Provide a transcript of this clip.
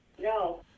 no